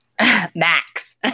max